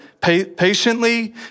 patiently